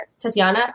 Tatiana